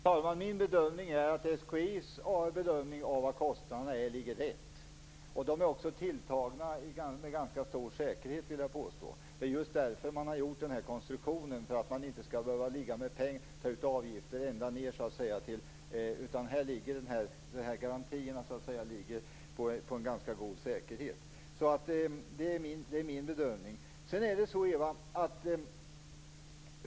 Fru talman! Min uppfattning är att SKI:s bedömning av kostnaderna är riktig. Jag vill också påstå att de är tilltagna med ganska stor säkerhet. Man har gjort den här konstruktionen just för att man, så att säga, inte skall behöva ta ut avgifter ända ned. Dessa garantier ligger på en ganska god säkerhet. Det är min bedömning.